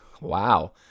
wow